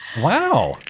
Wow